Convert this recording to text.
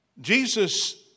Jesus